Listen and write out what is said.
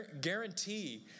guarantee